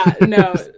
no